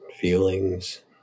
feelings